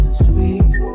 sweet